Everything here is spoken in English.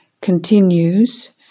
continues